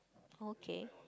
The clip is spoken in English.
okay